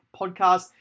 Podcast